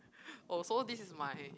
oh so this is my